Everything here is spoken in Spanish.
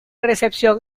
recepción